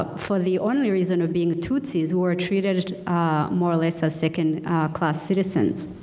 ah for the only reason of being tsotsis were treated ah more or less as second class citizens.